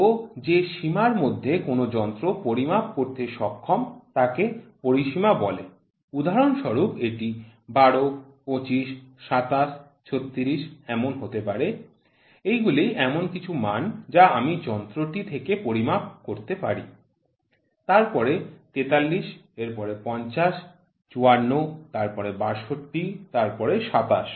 তো যে সীমার মধ্যে কোন যন্ত্র পরিমাপ করতে সক্ষম তাকে পরিসীমা বলে উদাহরণস্বরূপ এটি ১২ ২৫ ২৭ ৩৬ এমন হতে পারে এইগুলি এমন কিছু মান যা আমি যন্ত্রটি থেকে পরিমাপ করে পাই তার পরে ৪৩ এরপর ৫০ ৫৪ তার পরে ৬২ তারপর ২৭